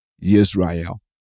Israel